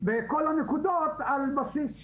בכל הנקודות על בסיס חשמל,